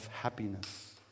happiness